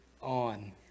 on